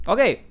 Okay